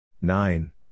Nine